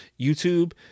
YouTube